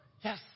yes